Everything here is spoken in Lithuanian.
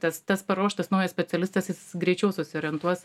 tas tas paruoštas naujas specialistas jis greičiau susiorientuos